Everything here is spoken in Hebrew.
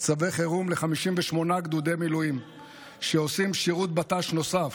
צווי חירום ל-58 גדודי מילואים שעושים שירות בט"ש נוסף,